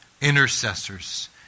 intercessors